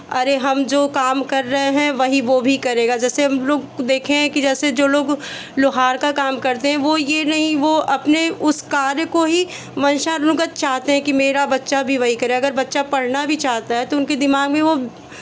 अरे हम जो काम कर रहे हैं वहीं वो भी करेगा जैसे हम लोग को देखें हैं कि जैसे जो लोग लोहार का काम करते हैं वो ये नहीं वो अपने उस कार्य को ही वंशानुगत चाहते हैं कि मेरा बच्चा भी वही करे अगर बच्चा पढ़ना भी चाहता है तो उनके दिमाग में वो